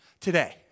today